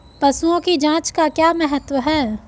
पशुओं की जांच का क्या महत्व है?